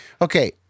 Okay